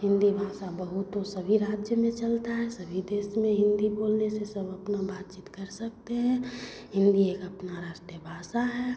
हिन्दी भाषा बहुत ओ सभी राज्य में चलता है सभी देश में हिन्दी बोलने से सब अपना बातचीत कर सकते हैं हिन्दी एक अपनी राष्ट्रीय भाषा है